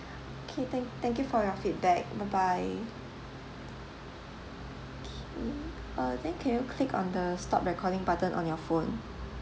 okay thank thank you for your feedback bye bye okay uh then can you click on the stop recording button on your phone